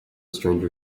stranger